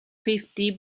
fifty